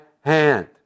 hand